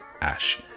Ash